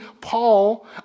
Paul